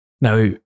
Now